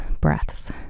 breaths